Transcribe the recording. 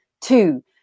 Two